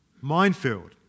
minefield